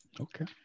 Okay